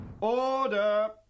Order